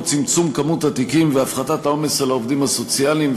צמצום כמות התיקים והפחתת העומס על העובדים הסוציאליים,